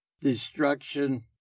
destruction